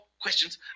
questions